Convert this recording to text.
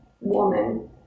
woman